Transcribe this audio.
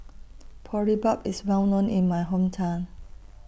Boribap IS Well known in My Hometown